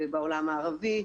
בעולם הערבי.